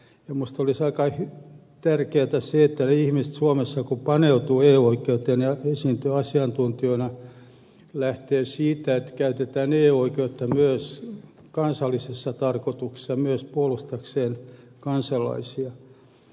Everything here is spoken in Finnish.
minusta olisi aika tärkeätä se että suomessa sellaiset ihmiset jotka paneutuvat eu oikeuteen ja esiintyvät asiantuntijoina lähtevät siitä että käytetään eu oikeutta myös kansallisessa tarkoituksessa myös puolustamaan maamme kansalaisia